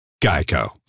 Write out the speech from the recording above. GEICO